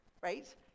right